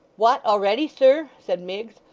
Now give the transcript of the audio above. what, already, sir said miggs,